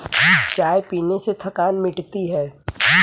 चाय पीने से थकान मिटती है